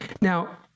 Now